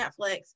Netflix